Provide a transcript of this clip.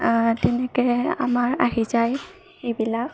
তেনেকৈ আমাৰ আহি যায় এইবিলাক